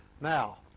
Now